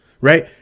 right